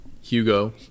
Hugo